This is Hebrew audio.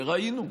וראינו.